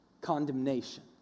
condemnation